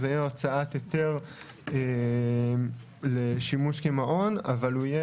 זה יהיה הוצאת היתר לשימוש כמעון אבל הוא יהיה